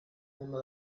mundo